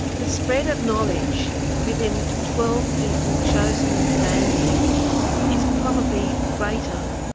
the spread of knowledge within twelve people chosen at random is probably greater,